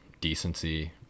decency